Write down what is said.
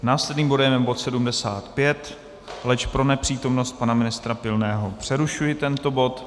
Následným bode je bod 75, leč pro nepřítomnost pana ministra Pilného přerušuji tento bod.